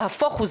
נהפוך הוא,